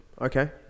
okay